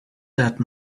that